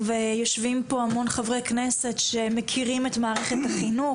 ויושבים פה המון חברי כנסת שמכירים את מערכת החינוך,